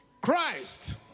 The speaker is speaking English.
Christ